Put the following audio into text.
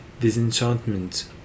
disenchantment